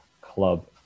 club